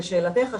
לשאלתך,